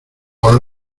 por